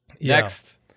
next